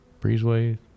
breezeway